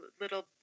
little